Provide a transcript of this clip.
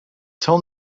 tell